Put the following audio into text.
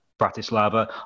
Bratislava